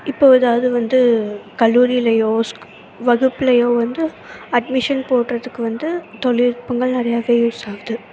இப்போது ஏதாவது வந்து கல்லூரிலேயோ வகுப்பிலையோ வந்து அட்மிஷன் போடுறதுக்கு வந்து தொழில்நுட்பங்கள் நிறையாவே யூஸ் ஆகுது